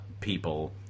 people